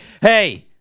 hey